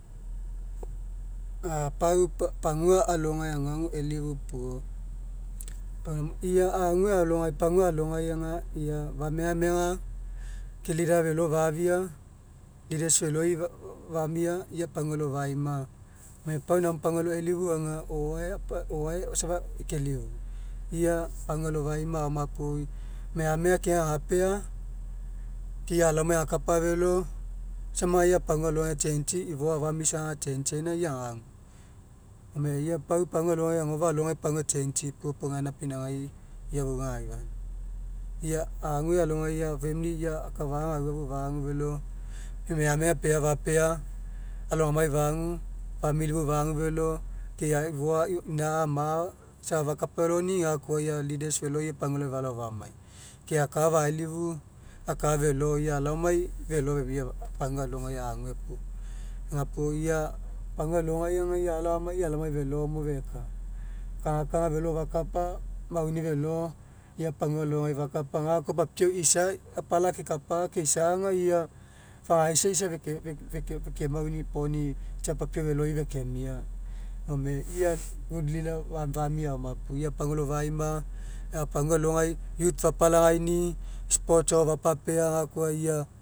A pau pagua alogai aguagu elifu puo pau ia ague alogai pagua alogai aga ua famegamega ke leaders felo fafia leaders feloi famia ia pagua alo faima. Gome pau namo pagua alo elifu aga o'oae apa safa kelufu ia pagua alo faima aoma puo megamega keagai ahapea ke ia alaomai aga kapa felo samagai ia pagua alo age change'i agagu. Gone ia pau pagua alogai agofa'a alogai pau e change'i puo pau gaina pinauga ia ia ague alogai famili ke akafa'a gaua fou fagu felo ia megamega keagagai fapea alogamai fagu famili fou fagu felo ke e'ai ifoa ina'a ama'a safa fakapafeni'i gakoa leaders feloi ia pagua alogai falao famai ke aka'a faelifu aka felo ia alaomai aka'a felo femia oaguaalogaiagu puo. Gapuo ia pagua alogai aga ia alao amai ia alaomai felo mo feka kagakaga felo fakapa mauni felo ia pagua alogai fakapa gakoa papiau isa ia kapaina akapa feisa aga ia faga'aisai fekemaunipoi papiau feloi fekemia gome ia good leader famia aoma puo ia pagua alo faima a'a pagua alogai youth falagaini'i sports ao fapapea gakoa ia